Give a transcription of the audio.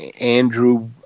Andrew